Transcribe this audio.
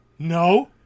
No